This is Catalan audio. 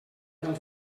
del